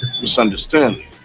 misunderstanding